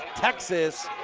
texas,